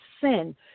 sin